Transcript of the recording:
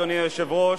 אדוני היושב-ראש,